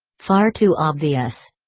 far too obvious.